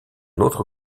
autre